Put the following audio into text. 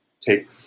take